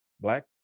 black